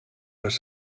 les